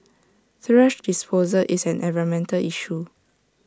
thrash disposal is an environmental issue